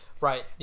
right